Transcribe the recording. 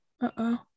Uh-oh